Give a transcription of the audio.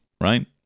Right